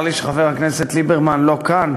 צר לי שחבר הכנסת ליברמן לא כאן,